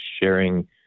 sharing